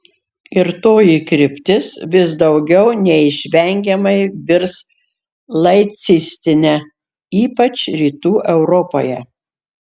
ir toji kryptis vis daugiau neišvengiamai virs laicistine ypač rytų europoje